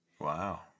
Wow